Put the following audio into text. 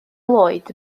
lloyd